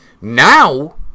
Now